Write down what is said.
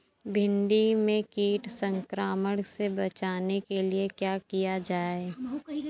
भिंडी में कीट संक्रमण से बचाने के लिए क्या किया जाए?